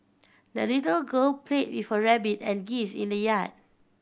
the little girl played with her rabbit and geese in the yard